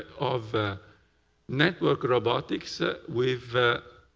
of network robotics ah with